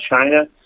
China